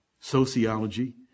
sociology